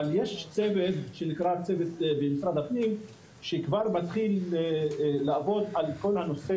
אבל יש צוות במשרד הפנים שכבר מתחיל לעבוד על כל הנושא